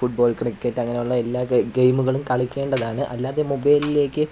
football cricket അങ്ങനെയുള്ള എല്ലാ ഗെ ഗെയിമുകളും കളിക്കേണ്ടതാണ് അല്ലാതെ മൊബൈലിലേക്ക്